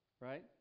right